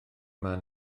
man